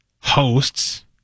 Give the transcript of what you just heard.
hosts